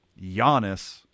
Giannis